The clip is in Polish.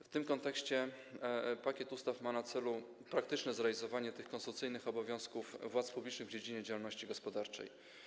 W tym kontekście pakiet ustaw ma na celu praktyczne zrealizowanie tych konstytucyjnych obowiązków władz publicznych w dziedzinie działalności gospodarczej.